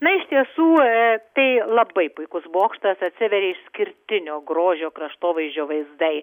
na iš tiesų tai labai puikus bokštas atsiveria išskirtinio grožio kraštovaizdžio vaizdai